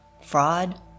fraud